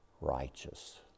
righteous